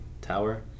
tower